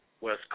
West